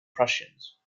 prussians